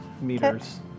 meters